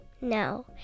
No